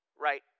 right